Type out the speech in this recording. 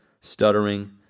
stuttering